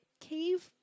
cave